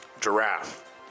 Giraffe